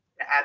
Add